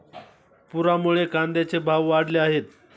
पुरामुळे कांद्याचे भाव वाढले आहेत